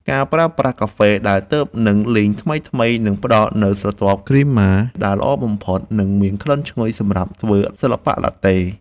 ការប្រើប្រាស់កាហ្វេដែលទើបនឹងលីងថ្មីៗនឹងផ្តល់នូវស្រទាប់គ្រីម៉ាដែលល្អបំផុត និងមានក្លិនឈ្ងុយសម្រាប់ធ្វើសិល្បៈឡាតេ។